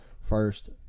first